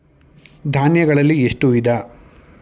ಧಾನ್ಯಗಳಲ್ಲಿ ಎಷ್ಟು ವಿಧ?